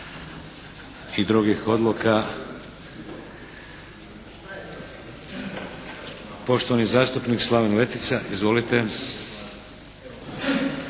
i drugih odluka. Poštovani zastupnik Slaven Letica. Izvolite.